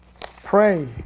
pray